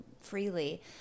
freely